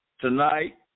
tonight